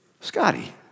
Scotty